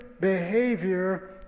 behavior